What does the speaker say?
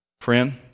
Friend